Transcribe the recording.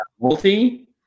multi